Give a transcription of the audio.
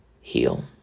heal